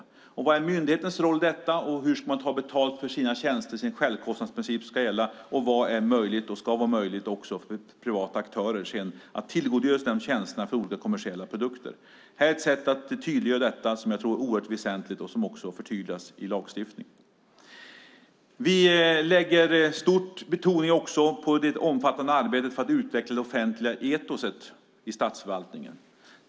Det handlar om vad som är myndighetens roll i detta och hur man ska ta betalt för sina tjänster - det är självkostnadsprincipen som ska gälla - och vad som är och ska vara möjligt för privata aktörer att tillgodogöra sig i fråga om dessa tjänster för olika kommersiella produkter. Detta är ett sätt att tydliggöra detta som jag tror är oerhört väsentligt och som också förtydligas i lagstiftningen. Vi lägger stor betoning på det omfattande arbetet för att utveckla det offentliga etoset i statsförvaltningen.